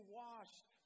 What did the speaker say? washed